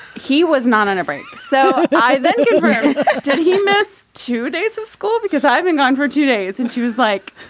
he was not on a break. so. then he missed two days of school because i've been gone for two days. and she was like,